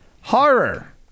Horror